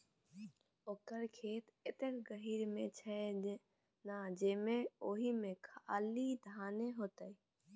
ओकर खेत एतेक गहीर मे छै ना जे ओहिमे खाली धाने हेतै